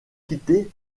quitter